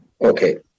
okay